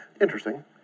interesting